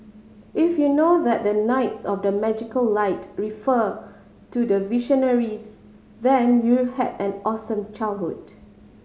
if you know that the knights of the magical light refer to the Visionaries then you had an awesome childhood